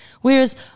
Whereas